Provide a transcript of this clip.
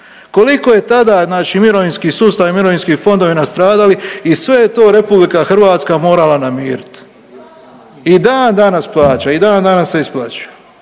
koliko je tada znači mirovinski sustav i mirovinski fondovi nastradali i sve je to RH morala namirit i dan danas plaća i dan danas se isplaćuju.